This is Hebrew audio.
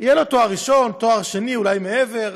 יהיה לו תואר ראשון, תואר שני, אולי מעבר,